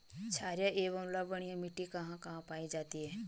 छारीय एवं लवणीय मिट्टी कहां कहां पायी जाती है?